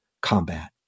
combat